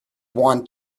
want